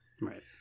right